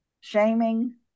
shaming